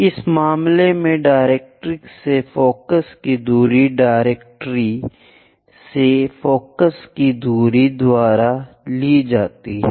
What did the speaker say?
इस मामले में डायरेक्ट्रिक्स से फोकस की दूरी डायरेक्ट्री से फोकस की दूरी द्वारा दी जाएगी